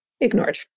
ignored